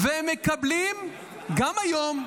והם מקבלים גם היום,